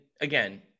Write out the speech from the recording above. again